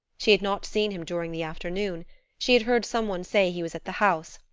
she had not seen him during the afternoon she had heard some one say he was at the house,